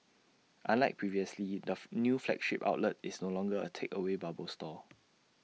unlike previously the new flagship outlet is no longer A takeaway bubble store